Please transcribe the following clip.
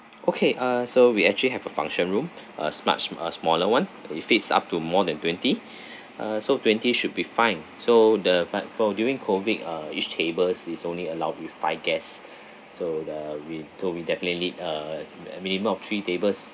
okay ah so we actually have a function room a smuch sm~ uh smaller [one] and it fits up to more than twenty uh so twenty should be fine so the but for during COVID uh each tables is only allowed with five guests so the we told we definitely need uh a minimum of three tables